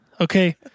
okay